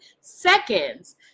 seconds